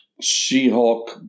She-Hulk